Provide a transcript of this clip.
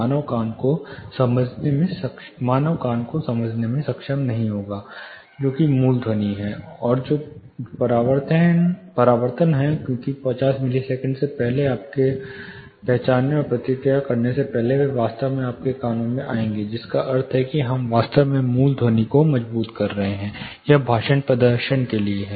मानव कान को समझने में सक्षम नहीं होगा जो कि मूल ध्वनि है और जो परावर्तन हैं क्योंकि 50 मिलीसेकंड से पहले आपके पहचानने और प्रतिक्रिया करने से पहले वे वास्तव में आपके कानों में आएंगे जिसका अर्थ है कि हम वास्तव में मूल ध्वनि को मजबूत कर रहे हैं यह भाषण प्रदर्शन के लिए है